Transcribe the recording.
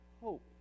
hope